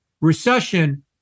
recession